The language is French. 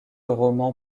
roman